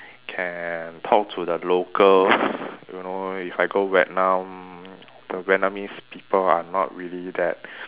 can talk to the locals you know if I go Vietnam the Vietnamese people are not really that